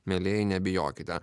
mielieji nebijokite